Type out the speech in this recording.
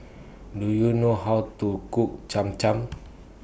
Do YOU know How to Cook Cham Cham